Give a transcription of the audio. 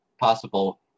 possible